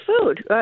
food